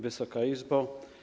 Wysoka Izbo!